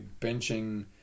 benching –